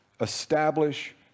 establish